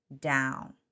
down